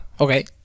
Okay